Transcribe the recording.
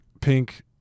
pink